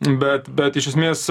bet bet iš esmės